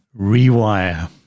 rewire